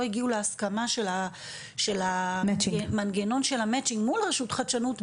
לא הגיעו להסכמה של מגנון של החיבור מול רשות לחדשנות,